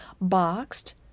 Boxed